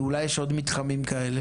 ואולי יש עוד מתחמים כאלה.